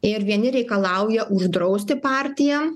ir vieni reikalauja uždrausti partiją